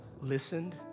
listened